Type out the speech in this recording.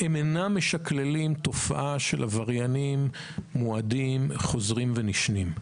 אינן משקללות תופעה של עבריינים מועדים חוזרים ונשנים.